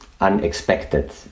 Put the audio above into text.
unexpected